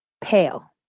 pale